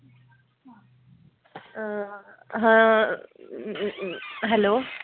hello